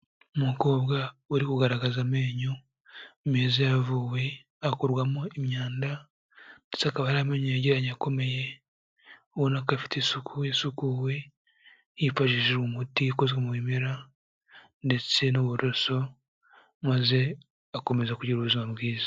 Umukobwa uri kugaragaza amenyo meza yavuwe akurwamo imyanda, ndetse akaba ari amenye yegeranye akomeye ubona ko afite isuku, yasukuwe yifashishije umuti ukozwe mu bimera ndetse n'uburoso maze akomeza kugira ubuzima bwiza.